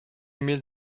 mille